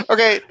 Okay